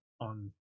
on